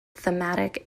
thematic